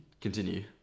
continue